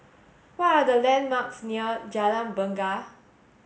what are the landmarks near Jalan Bungar